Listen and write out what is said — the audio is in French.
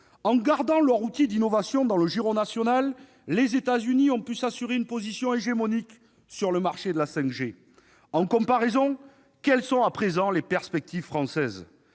En gardant leurs outils d'innovation dans le giron national, les États-Unis ont pu s'assurer une position hégémonique sur le marché de la 5G. En comparaison, quelles sont à présent les perspectives françaises ?